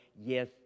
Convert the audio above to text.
yes